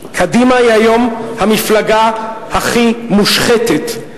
"קדימה היא היום המפלגה הכי מושחתת".